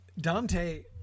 Dante